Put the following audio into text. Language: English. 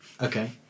okay